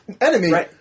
enemy